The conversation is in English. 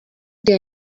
their